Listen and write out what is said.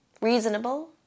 Reasonable